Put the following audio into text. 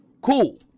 Cool